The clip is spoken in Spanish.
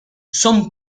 son